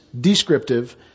descriptive